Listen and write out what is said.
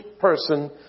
person